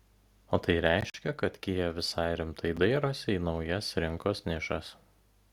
o tai reiškia kad kia visai rimtai dairosi į naujas rinkos nišas